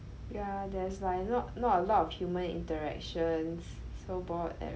ya there's like not not a lot of human interactions so bored at~